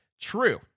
true